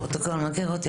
הפרוטוקול מכיר אותי.